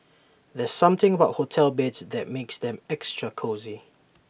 there's something about hotel beds that makes them extra cosy